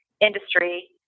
Industry